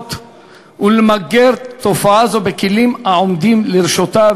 לנסות ולמגר תופעה זו בכלים העומדים לרשותה.